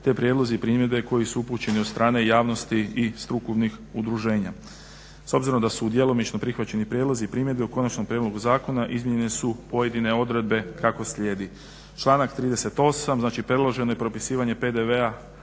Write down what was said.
te prijedlozi i primjedbe koji su upućeni od strane javnosti i strukovnih udruženja. S obzirom da su djelomično prihvaćeni prijedlozi i primjedbe u Konačnom prijedlogu zakona izmijenjene su pojedine odredbe kako slijedi.